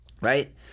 Right